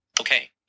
Okay